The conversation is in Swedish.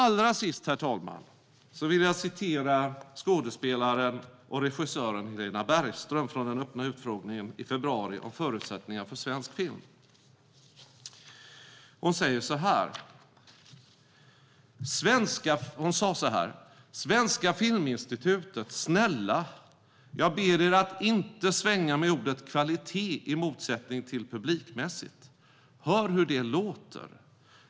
Allra sist, herr talman, vill jag citera skådespelaren och regissören Helena Bergström från den öppna utfrågningen i februari om förutsättningar för svensk film. Hon sa så här: "Svenska Filminstitutet, snälla, jag ber er att inte svänga er med ordet kvalitet i motsättning till publikmässigt. Hör hur det låter!